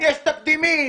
יש תקדימים.